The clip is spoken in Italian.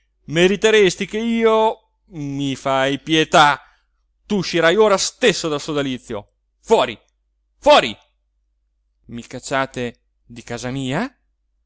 meriteresti ch'io ma mi fai pietà tu uscirai ora stesso dal sodalizio uori uori i cacciate di casa mia